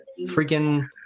freaking